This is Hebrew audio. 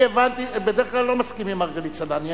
אני בדרך כלל לא מסכים עם מרגלית צנעני.